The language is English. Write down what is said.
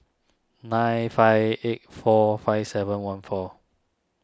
nine five eight four five seven one four